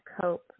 Cope